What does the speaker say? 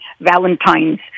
Valentine's